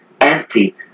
empty